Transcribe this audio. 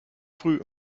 früh